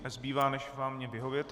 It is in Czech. Nezbývá než vám vyhovět.